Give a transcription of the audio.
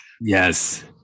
Yes